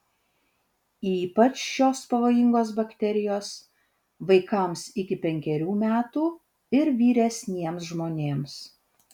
ypač šios pavojingos bakterijos vaikams iki penkerių metų ir vyresniems žmonėms